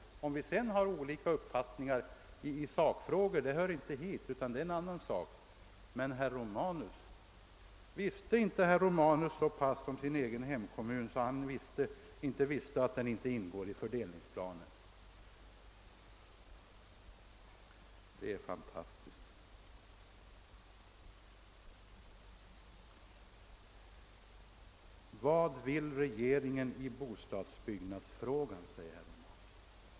Om vi sedan har olika uppfattningar i sakfrågor hör inte dit, det är en annan sak. Men kände herr Romanus inte till sin egen hemkommun så mycket att han visste att den inte ingår i fördelningsplanen? Det är fantastiskt!